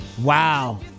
Wow